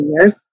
years